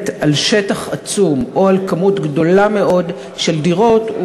או על שטח עצום או על כמות גדולה מאוד של דירות,